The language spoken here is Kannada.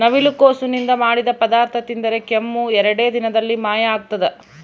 ನವಿಲುಕೋಸು ನಿಂದ ಮಾಡಿದ ಪದಾರ್ಥ ತಿಂದರೆ ಕೆಮ್ಮು ಎರಡೇ ದಿನದಲ್ಲಿ ಮಾಯ ಆಗ್ತದ